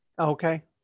Okay